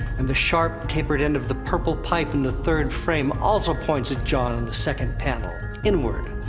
and the sharp tapered end of the purple pipe in the third frame also points at jon in the second panel, inward.